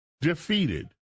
defeated